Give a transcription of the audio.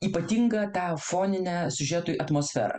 ypatingą tą foninę siužetui atmosferą